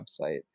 website